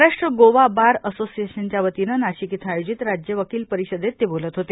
Maharashtra Goa bar असोसिएशनच्या वतीने नाशिक येथे आयोजित राज्य वकील परिषदेत ते बोलत होते